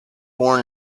born